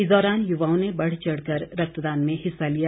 इस दौरान युवाओं ने बढ़ चढ़ कर रक्तदान में हिस्सा लिया